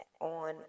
on